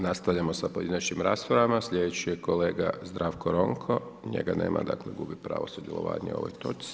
Nastavljamo sa pojedinačnim raspravama slijedeći je kolega Zdravko Ronko, njega nema dakle gubi pravo sudjelovanja u točci.